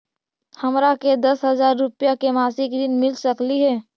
हमरा के दस हजार रुपया के मासिक ऋण मिल सकली हे?